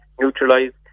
neutralized